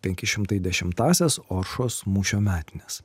penki šimtai dešimtąsias oršos mūšio metines